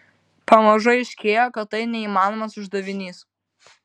pamažu aiškėjo kad tai neįmanomas uždavinys